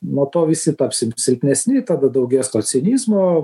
nuo to visi tapsim silpnesni tada daugės to cinizmo